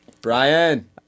Brian